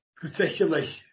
particularly